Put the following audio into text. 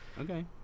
Okay